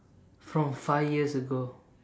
from five years ago